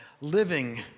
living